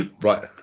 Right